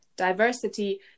Diversity